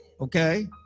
Okay